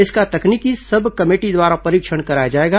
इसका तकनीकी sub committee द्वारा परीक्षण कराया जाएगा